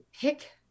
pick